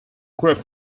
group